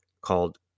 called